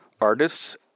artists